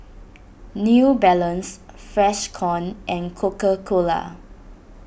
New Balance Freshkon and Coca Cola